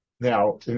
now